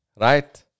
right